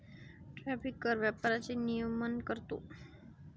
tariff कर व्यापाराचे नियमन करतो